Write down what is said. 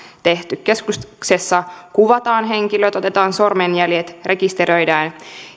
tehty keskuksessa kuvataan henkilöt otetaan sormenjäljet rekisteröidään